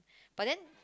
but then